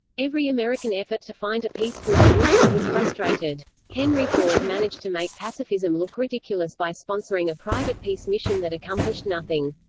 every american effort to find a peaceful solution was frustrated. henry ford managed to make pacifism look ridiculous by sponsoring a private peace mission that accomplished nothing.